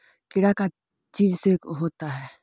कीड़ा का चीज से होता है?